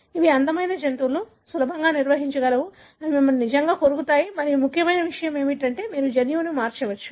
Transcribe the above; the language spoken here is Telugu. ఇవి అందమైన జంతువులు సులభంగా నిర్వహించగలవు అవి మిమ్మల్ని నిజంగా కొరుకుతాయి మరియు ముఖ్యమైన విషయం ఏమిటంటే మీరు జన్యువును మార్చవచ్చు